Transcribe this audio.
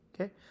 Okay